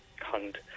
hunt